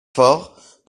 fort